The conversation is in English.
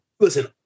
Listen